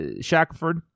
Shackford